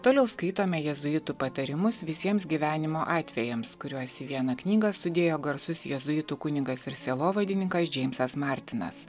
toliau skaitome jėzuitų patarimus visiems gyvenimo atvejams kuriuos į vieną knygą sudėjo garsus jėzuitų kunigas ir sielovadininkas džeimsas martinas